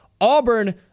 Auburn